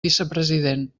vicepresident